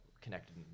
connected